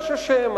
יש אשם,